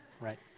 Right